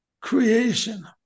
creation